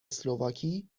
اسلواکی